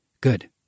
Good